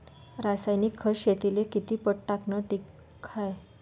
रासायनिक खत शेतीले किती पट टाकनं ठीक हाये?